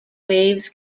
waves